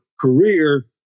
career